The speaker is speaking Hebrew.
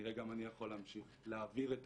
כנראה גם אני יכול להמשיך להעביר את